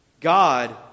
God